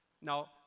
Now